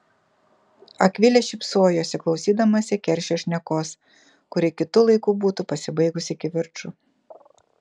akvilė šypsojosi klausydamasi keršio šnekos kuri kitu laiku būtų pasibaigusi kivirču